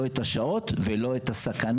לא הולמים לא את השעות ולא את הסכנה.